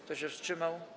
Kto się wstrzymał?